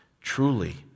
truly